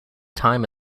time